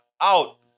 out